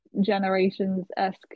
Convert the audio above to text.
Generations-esque